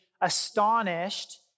astonished